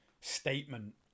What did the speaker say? statement